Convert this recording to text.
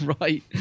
Right